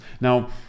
Now